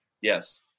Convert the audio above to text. Yes